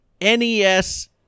NES